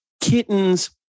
kittens